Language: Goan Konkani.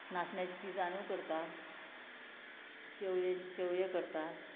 नाचण्याची ती जाण करता शेवयाचें शेवये करता